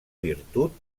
virtut